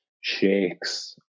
shakes